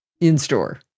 In-store